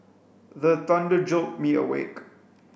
the thunder jolt me awake